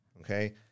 Okay